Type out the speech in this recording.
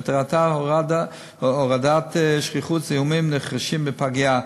שמטרתה הורדת שכיחות זיהומים נרכשים בפגייה.